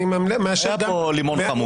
אני מאשר גם לכם --- היה פה לימון חמוץ.